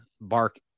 bark